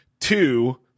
two